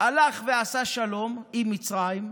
הלך ועשה שלום עם מצרים,